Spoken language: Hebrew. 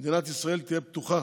מדינת ישראל תהא פתוחה",